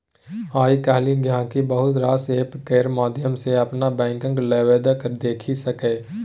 आइ काल्हि गांहिकी बहुत रास एप्प केर माध्यम सँ अपन बैंकक लेबदेब देखि सकैए